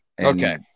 okay